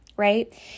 right